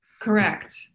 Correct